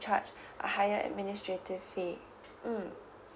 charged a higher administrative fee mm